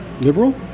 Liberal